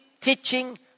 teaching